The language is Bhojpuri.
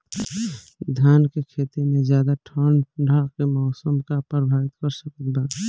धान के खेती में ज्यादा ठंडा के मौसम का प्रभावित कर सकता बा?